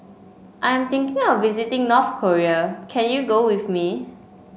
I'm thinking of visiting North Korea can you go with me